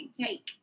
take